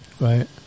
right